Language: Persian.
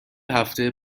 هفته